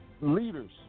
leaders